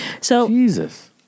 Jesus